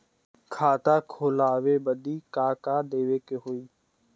खाता खोलावे बदी का का देवे के होइ?